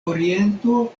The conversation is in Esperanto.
oriento